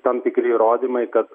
tam tikri įrodymai kad